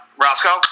Roscoe